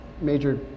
major